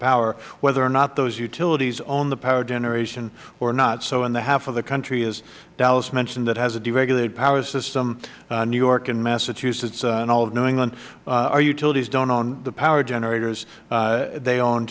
power whether or not those utilities own the power generation or not so in the half of the country as dallas mentioned that has a deregulated power system new york and massachusetts and all of new england our utilities don't own the power generators they o